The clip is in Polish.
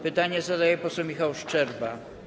Pytanie zadaje poseł Michał Szczerba.